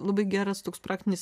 labai geras toks praktinis